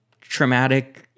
traumatic